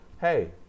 hey